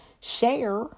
share